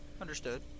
Understood